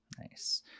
Nice